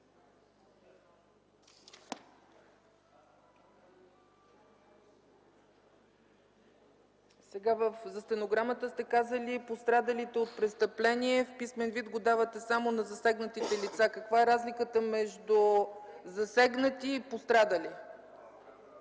За стенограмата сте казали „и пострадалите от престъпление”, а в писмен вид го давате само на „засегнатите лица”. Каква е разликата между засегнати и пострадали?